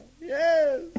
yes